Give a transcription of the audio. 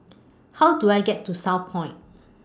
How Do I get to Southpoint